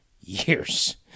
years